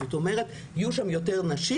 זאת אומרת, יהיו שם יותר נשים.